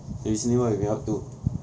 recently what have you been up to